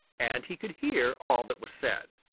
and he could hear all that was said.